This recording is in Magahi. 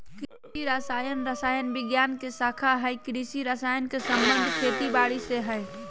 कृषि रसायन रसायन विज्ञान के शाखा हई कृषि रसायन के संबंध खेती बारी से हई